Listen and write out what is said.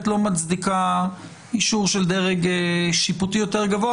לא מצדיקה אישור של דרג שיפוטי יותר גבוה.